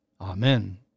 Amen